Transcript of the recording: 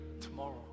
tomorrow